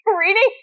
Reading